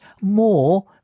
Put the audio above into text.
more